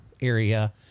area